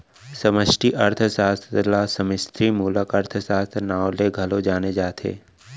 समस्टि अर्थसास्त्र ल समस्टि मूलक अर्थसास्त्र, नांव ले घलौ जाने जाथे